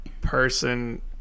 person